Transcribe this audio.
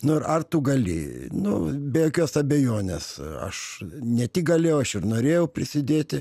nu ir ar tu gali nu be jokios abejonės aš ne tik galėjau aš ir norėjau prisidėti